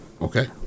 Okay